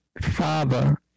father